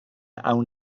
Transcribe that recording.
awn